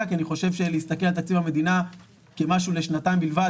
כי אני חושב שלהסתכל על תקציב המדינה כמשהו לשנתיים בלבד